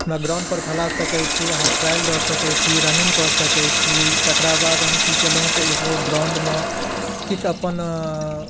हमरा ग्राउण्ड पर खेला सकैत छी अहाँ ट्राइल दऽ सकैत छी रनिङ्ग कै सकैत छी तकरा बाद हम कि कयलहुँ तऽ एगो ग्राउण्डमे किछु अपन